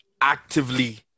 actively